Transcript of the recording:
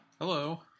Hello